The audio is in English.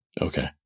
Okay